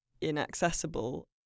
inaccessible